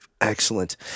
Excellent